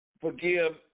forgive